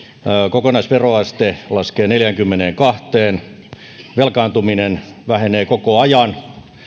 kokonaisveroaste laskee neljäänkymmeneenkahteen velkaantuminen vähenee koko ajan